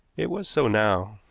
it was so now.